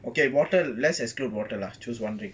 okay water let's exclude water lah choose one drink